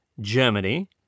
Germany